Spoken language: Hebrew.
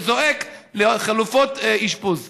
שזועק לחלופות אשפוז?